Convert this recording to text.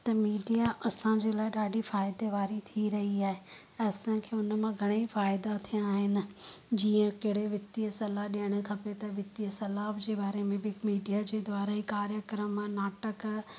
त मीडिया असांजे लाइ ॾाढी फ़ाइदे वारी थी रही आहे ऐं असांखे उन मां घणेई फ़ाइदा थिया आहिनि जीअं कहिड़े वितु सलाह ॾियणु खपे त वितु सलाह जे बारे में बि मीडिया जे द्वारा ई कार्यक्रम नाटक